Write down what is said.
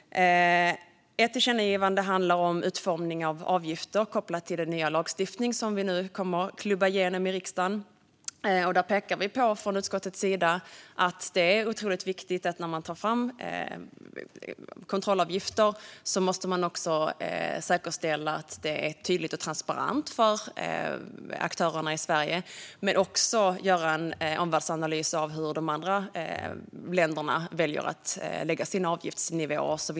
Ett tillkännagivande handlar om utformning av avgifter kopplat till den nya lagstiftning som vi nu kommer att klubba igenom i riksdagen. Vi pekar från utskottets sida på att det när man tar fram kontrollavgifter är otroligt viktigt att man också säkerställer att det är tydligt och transparent för aktörerna i Sverige. Men man måste också göra en omvärldsanalys och se hur de andra länderna väljer att lägga sin avgiftsnivå.